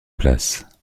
place